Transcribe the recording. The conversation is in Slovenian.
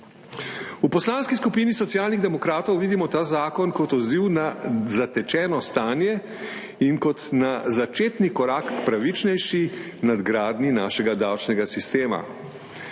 V Poslanski skupini Socialnih demokratov vidimo ta zakon kot odziv na zatečeno stanje in kot na začetni korak k pravičnejši nadgradnji našega davčnega sistema.